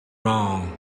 wrong